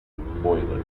boiler